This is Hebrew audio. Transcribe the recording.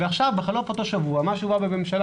ועכשיו בחלוף אותו שבוע מה שהובא בממשלה